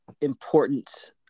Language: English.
important